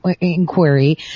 inquiry